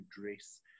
dress